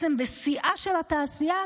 בשיאה של התעשייה,